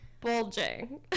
Bulging